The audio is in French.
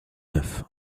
neuf